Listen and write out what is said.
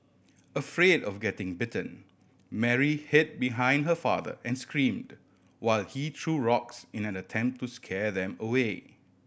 afraid of getting bitten Mary hid behind her father and screamed while he threw rocks in an attempt to scare them away